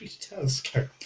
telescope